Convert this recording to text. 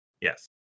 Yes